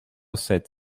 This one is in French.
sept